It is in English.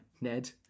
ned